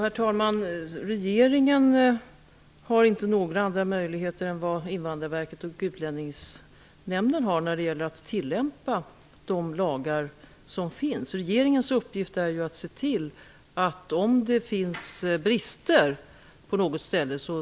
Fru talman! Regeringen har inte några andra möjligheter än vad Invandrarverket och Utlänningsnämnden har när det gäller att tillämpa de lagar som finns. Regeringens uppgift är ju att se till att ändra lagstiftningen om det finns brister på något ställe.